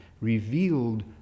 revealed